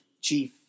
Chief